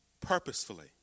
purposefully